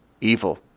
evil